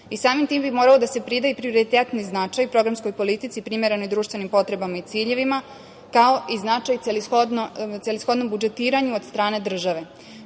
i samim tim bi moralo da se pridaje prioritetni značaj programskoj politici primerenoj društvenim potrebama i ciljevima, kao i značaju i celishodnom budžetiranju od strane države. Pošto